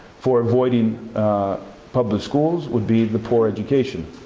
for avoiding public schools would be the poor education.